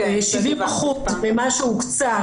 70% מה-8 מיליון שהוקצה,